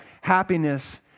happiness